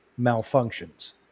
malfunctions